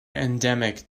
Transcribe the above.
endemic